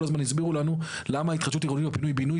כל הזמן הסבירו לנו למה התחדשות עירונית או פינוי בינוי,